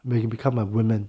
may become a women